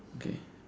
okay